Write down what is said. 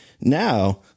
Now